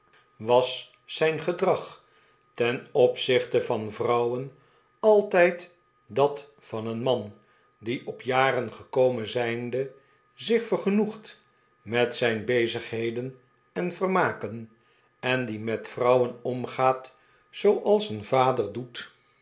was zijn gedrag ten opzichte van vrouwen altijd dat van een man die op jaren gekomen zijnde zich vergenoegt met zijn bezigheden en vermaken eh die met vrouwen omgaat zooals een vader doet